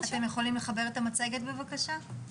המצגת.